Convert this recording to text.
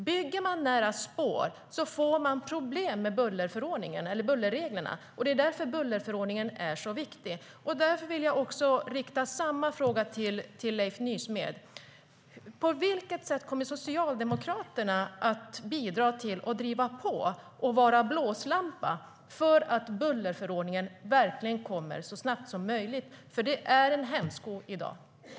Bygger man nära spår får man problem med bullerreglerna, och därför är bullerförordningen viktig.